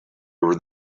over